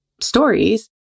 stories